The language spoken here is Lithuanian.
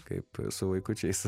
kaip su vaikučiais